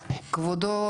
כבודו,